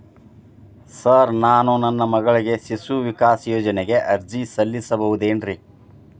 Sir ನಾನು ನನ್ನ ಮಗಳಿಗೆ ಶಿಶು ವಿಕಾಸ್ ಯೋಜನೆಗೆ ಅರ್ಜಿ ಸಲ್ಲಿಸಬಹುದೇನ್ರಿ?